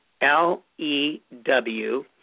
L-E-W